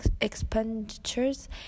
expenditures